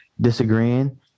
disagreeing